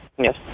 Yes